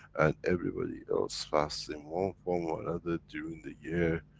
and everybody else fasts in one form or another, during the year,